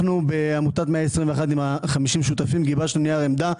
אנחנו בעמותת 121 עם 50 שותפים גיבשנו נייר עמדה.